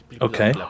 Okay